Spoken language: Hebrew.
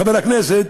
חבר הכנסת,